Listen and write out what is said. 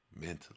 mentally